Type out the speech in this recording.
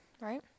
right